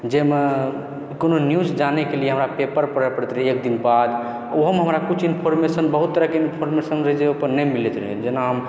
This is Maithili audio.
जाहिमे कोनो न्यूज जानैके लेल हमरा पेपर पढ़ै पड़ैत रहै एकदिन बाद ओहुमे हमरा किछु इन्फोर्मेशन बहुत तरहके इन्फोर्मेशन रहै जे ओहिपर नहि मिलैत रहै जेना